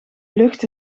lucht